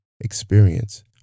experience